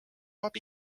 toob